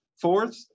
fourth